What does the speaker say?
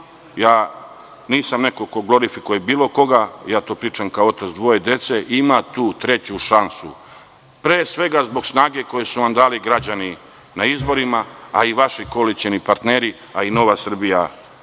ja nisam neko ko glorifikuje bilo koga, to pričam kao otac dvoje dece, ima tu treću šansu, pre svega zbog snage koju su vam dali građani na izborima, a i vaši koalicioni partneri, a i Nova Srbija